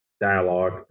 dialogue